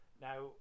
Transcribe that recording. Now